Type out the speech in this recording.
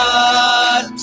God